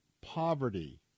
poverty